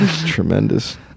Tremendous